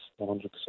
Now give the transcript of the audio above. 100%